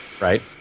Right